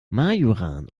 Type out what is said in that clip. majoran